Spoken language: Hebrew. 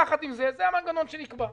יחד עם זה, זה המנגנון שנקבע.